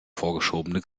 vorgeschobene